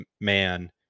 man